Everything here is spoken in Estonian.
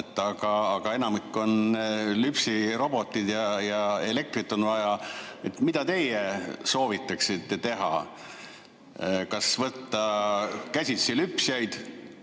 teha. Enamikul on lüpsirobotid ja elektrit on vaja. Mida teie soovitaksite teha? Kas võtta [tööle] käsitsi lüpsjaid?